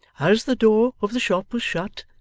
as the door of the shop was shut,